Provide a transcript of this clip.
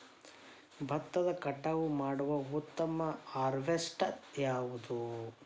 ಭತ್ತ ಕಟಾವು ಮಾಡುವ ಉತ್ತಮ ಹಾರ್ವೇಸ್ಟರ್ ಯಾವುದು?